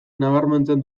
nabarmentzen